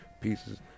Pieces